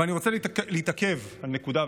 אבל אני רוצה להתעכב על נקודה,